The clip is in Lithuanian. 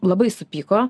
labai supyko